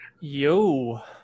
Yo